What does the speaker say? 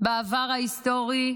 בעבר ההיסטורי.